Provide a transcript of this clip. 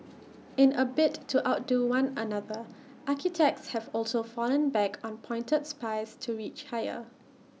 in A bid to outdo one another architects have also fallen back on pointed spires to reach higher